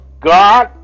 God